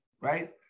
right